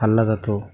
खाल्ला जातो